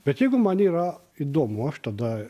bet jeigu man yra įdomu aš tada